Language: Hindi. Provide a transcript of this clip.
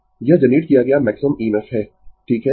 Refer Slide Time 1109 यह जनरेट किया गया मैक्सिमम EMF है ठीक है